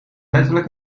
letterlijk